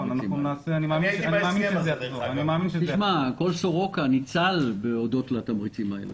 כל סורוקה ניצל הודות לתמריצים האלה,